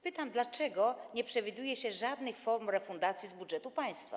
Pytam, dlaczego nie przewiduje się żadnych form refundacji z budżetu państwa.